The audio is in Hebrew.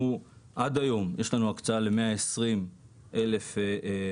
עד היום יש לנו הקצאה ל-120,000 מערכות.